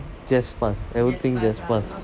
just pass everything this person